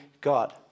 God